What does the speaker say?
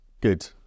Good